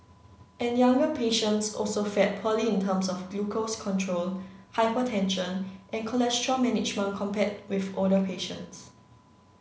and younger patients also fared poorly in terms of glucose control hypertension and cholesterol management compared with older patients